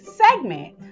segment